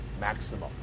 maximum